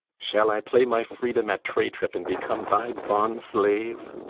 shall i play my freedom at tray-trip, and become thy bond-slave?